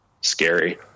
scary